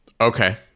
Okay